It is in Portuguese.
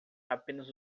apenas